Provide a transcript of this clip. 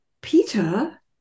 Peter